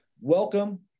welcome